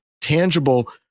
tangible